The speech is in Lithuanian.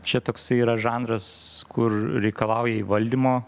čia toksai yra žanras kur reikalauja įvaldymo